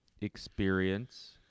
experience